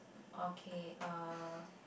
okay uh